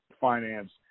finance